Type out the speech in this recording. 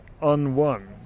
unwon